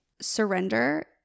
Surrender